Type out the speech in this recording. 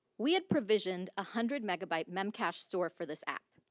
we had provisioned a hundred megabyte mem cache store for this app,